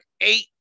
eight